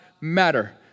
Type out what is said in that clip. matter